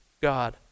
God